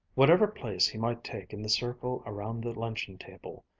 whatever place he might take in the circle around the luncheon table,